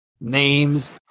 names